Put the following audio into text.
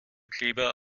kleber